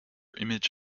image